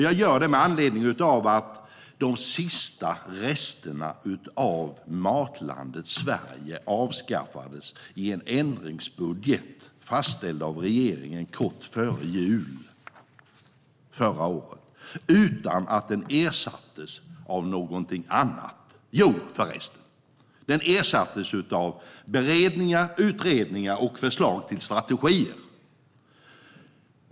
Jag gör det med anledning av att de sista resterna av Matlandet Sverige avskaffades i en ändringsbudget fastställd av regeringen kort före jul förra året utan att det ersattes av någonting annat. Jo, förresten, det ersattes av beredningar, utredningar och förslag till strategier.